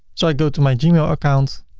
so i go to my gmail account,